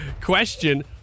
Question